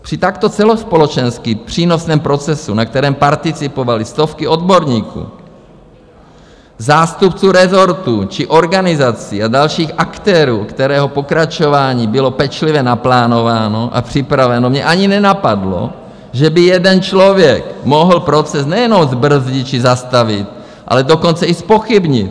Při takto celospolečensky přínosném procesu, na kterém participovaly stovky odborníků, zástupců rezortů či organizací a dalších aktérů, kterého pokračování bylo pečlivě naplánováno a připraveno, mě ani nenapadlo, že by jeden člověk mohl proces nejenom zbrzdit či zastavit, ale dokonce i zpochybnit.